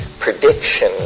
prediction